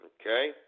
Okay